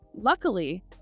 luckily